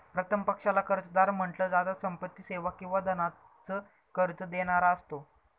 प्रथम पक्षाला कर्जदार म्हंटल जात, संपत्ती, सेवा किंवा धनाच कर्ज देणारा असतो